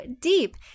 deep